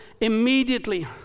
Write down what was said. immediately